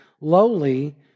lowly